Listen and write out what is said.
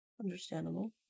Understandable